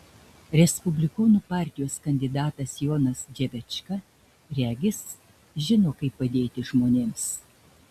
respublikonų partijos kandidatas jonas dževečka regis žino kaip padėti žmonėms